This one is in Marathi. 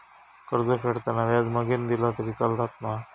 कर्ज फेडताना व्याज मगेन दिला तरी चलात मा?